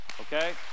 okay